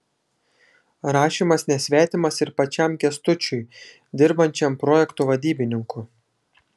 rašymas nesvetimas ir pačiam kęstučiui dirbančiam projektų vadybininku